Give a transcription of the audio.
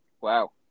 Wow